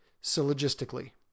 syllogistically